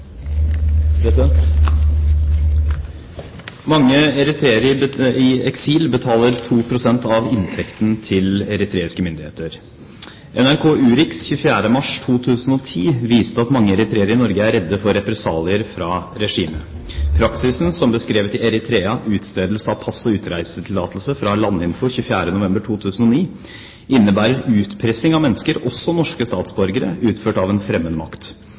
myndigheter. NRK Urix 24. mars 2010 viste at mange eritreere i Norge er redde for represalier fra regimet. Praksisen, som beskrevet i «Eritrea: Utstedelse av pass og utreisetillatelse» fra Landinfo 24. november 2009, innebærer utpressing av mennesker, også norske statsborgere, utført av en fremmed makt.